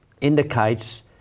indicates